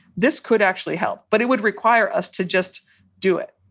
this could actually help, but it would require us to just do it.